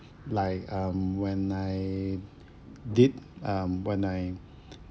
like um when I did um when I